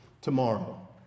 tomorrow